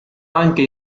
anche